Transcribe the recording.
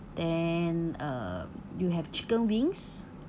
then uh you have chicken wings